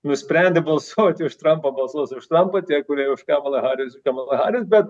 nusprendė balsuoti už trampą balsuos už tampą tie kurie už kamalą haris už kamalą haris bet